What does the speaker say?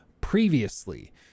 previously